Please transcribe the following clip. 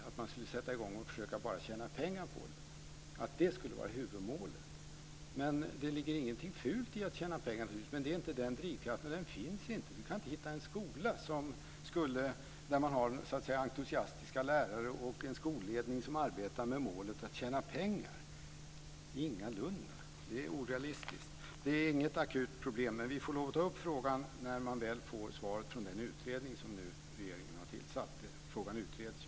Att man skulle sätta igång bara för att försöka tjäna pengar på det och att det skulle vara huvudmålet är långt ifrån vad vi tycker. Det ligger naturligtvis inget fult i att tjäna pengar, men den drivkraften finns inte. Man kan inte hitta en skola med entusiastiska lärare som har en skolledning som arbetar med målet att tjäna pengar. Det är orealistiskt. Det är inte något akut problem. Vi får ta upp frågan när vi får svaret från den utredning som regeringen nu har tillsatt. Frågan utreds ju.